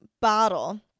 bottle